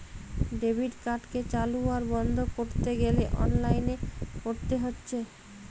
debit কার্ডকে চালু আর বন্ধ কোরতে গ্যালে অনলাইনে কোরতে হচ্ছে